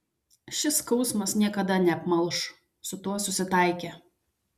šis skausmas niekada neapmalš su tuo susitaikė